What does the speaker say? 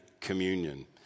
communion